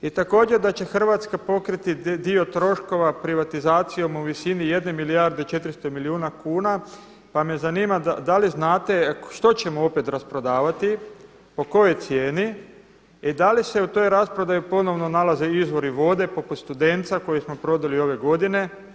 I također da će Hrvatska pokriti dio troškova privatizacijom u visini 1 milijarde 400 milijuna kuna, pa me zanima da li znate što ćemo opet rasprodavati, po kojoj cijeni i da li se u toj rasprodaji ponovno nalaze izvori vode poput Studenca koji smo prodali ove godine.